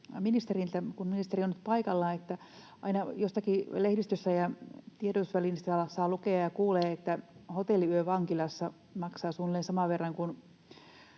ministeriltä siitä, kun ministeri on nyt paikalla, että aina jostakin lehdistöstä ja tiedotusvälineistä saa lukea ja kuulee, että hotelliyö vankilassa maksaa suunnilleen saman verran kuin